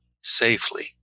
safely